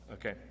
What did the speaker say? Okay